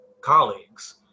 colleagues